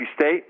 State